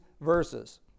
verses